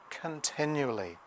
continually